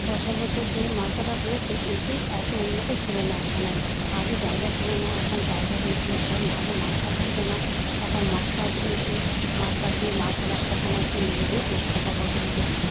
বছর বছর ধরে মার্শাল আর্ট রয়েছে কিন্তু এত উন্নত ছিল না এখনের মতো আগে জায়গা ছিল না এখন জায়গা হয়েছে এখন আগে মাষ্টার ছিল না এখন মাষ্টার হয়েছে মাষ্টার দিয়ে মার্শাল আর্ট শেখানো হচ্ছে নিজেদের রক্ষাকবচের জন্য